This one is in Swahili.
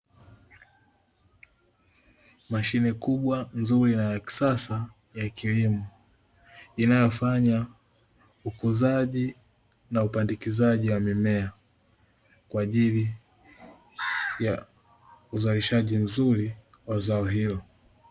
Mbegu za mazao zikiwa zimepandwa katika makopo madogo, ndani yake kukiwa na udongo laini ulio na rutuba pamoja na unyevu. Ambao husaidia mbegu hizo kuchipua katika miche midogo ya rangi ya kijani.